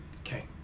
Okay